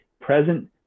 present